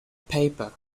paper